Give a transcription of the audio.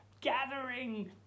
gathering